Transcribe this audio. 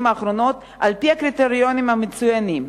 האחרונות על-פי הקריטריונים המצוינים?